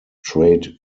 trade